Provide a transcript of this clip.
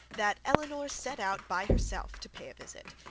that elinor set out by herself to pay a visit,